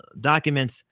documents